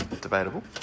Debatable